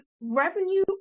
revenue